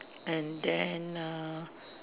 and then uh